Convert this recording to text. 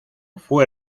fue